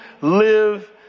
live